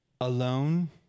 alone